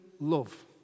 love